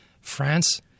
France